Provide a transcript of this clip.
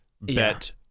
bet